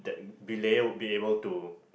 that belayer will be able to